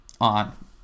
on